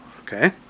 Okay